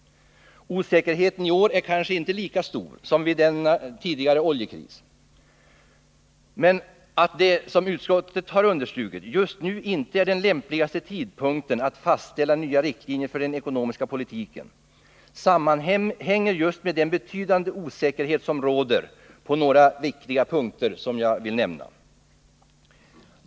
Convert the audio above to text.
Osäkerheten är i år kanske inte lika stor som vid den tidigare oljekrisen, men att det, vilket utskottet har understrukit, just nu inte är den lämpligaste tidpunkten för att fastställa nya riktlinjer för den ekonomiska politiken sammanhänger just med den betydande osäkerhet som råder på några viktiga punkter, som jag vill nämna.